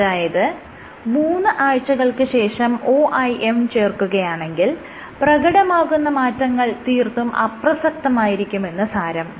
അതായത് മൂന്ന് ആഴ്ചകൾക്ക് ശേഷം OIM ചേർക്കുകയാണെങ്കിൽ പ്രകടമാകുന്ന മാറ്റങ്ങൾ തീർത്തും അപ്രസക്തമായിരിക്കും എന്ന് സാരം